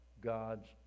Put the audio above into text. God's